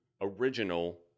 original